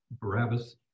Barabbas